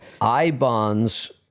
I-bonds